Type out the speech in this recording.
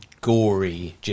gory